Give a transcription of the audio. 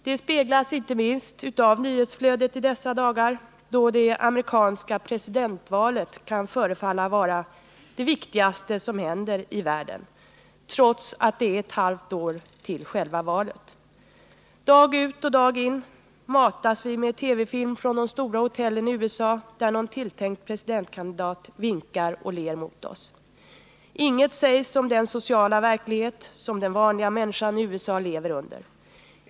Det speglas inte minst av nyhetsflödet i dessa dagar, då det amerikanska presidentvalet kan förefalla vara det viktigaste som händer i världen, trots att det är ett halvt år till själva valet. Dag ut och dag in matas vi med TV-film från de stora hotellen i USA där någon tilltänkt presidentkandidat vinkar och ler mot oss. Inget sägs om den sociala verklighet som den vanliga människan i USA leveri.